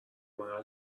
محل